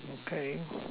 okay